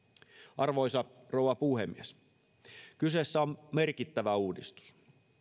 arvoisa rouva puhemies kyseessä on merkittävä uudistus